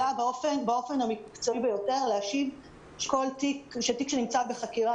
אבל אני יכולה באופן המקצועי ביותר להשיב שתיק שנמצא בחקירה,